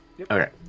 Okay